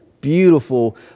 beautiful